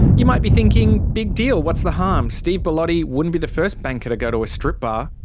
you might be thinking, big deal, what's the harm? steve bellotti wouldn't be the first banker to go to a strip but